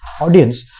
audience